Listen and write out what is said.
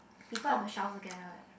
people have to shower together eh